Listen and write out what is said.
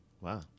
wow